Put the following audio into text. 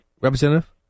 Representative